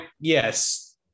yes